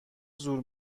زور